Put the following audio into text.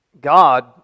God